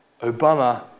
Obama